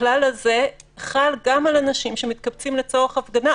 הכלל הזה חל גם על אנשים שמתקבצים לצורך הפגנה.